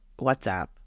WhatsApp